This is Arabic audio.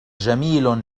جميل